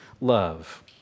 love